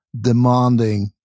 demanding